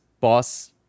boss